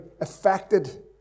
affected